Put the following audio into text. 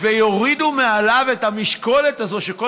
ויורידו מעליו את המשקולת הזאת שכל